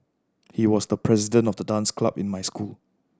he was the president of the dance club in my school